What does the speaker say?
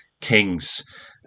kings